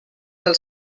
del